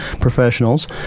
professionals